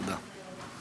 תודה.